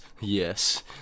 yes